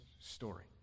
story